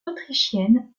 autrichienne